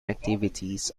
activities